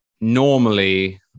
normally